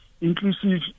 inclusive